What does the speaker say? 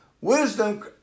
Wisdom